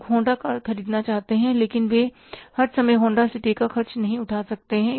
लोग Honda car खरीदना चाहते हैं लेकिन वे हर समय होंडा सिटी का खर्च नहीं उठा सकते हैं